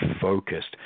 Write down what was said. focused